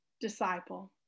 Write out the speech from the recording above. disciple